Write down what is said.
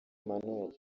emmanuel